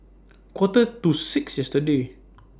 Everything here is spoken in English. Quarter to six yesterday